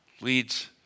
leads